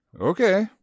Okay